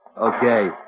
Okay